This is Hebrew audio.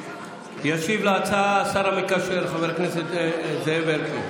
ישיב על ההצעה השר המקשר חבר הכנסת זאב אלקין,